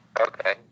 Okay